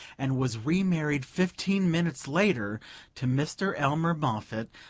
and was remarried fifteen minutes later to mr. elmer moffatt,